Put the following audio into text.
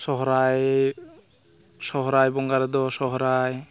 ᱥᱚᱦᱨᱟᱭ ᱥᱚᱦᱨᱟᱭ ᱵᱚᱸᱜᱟ ᱨᱮᱫᱚ ᱥᱚᱦᱨᱟᱭ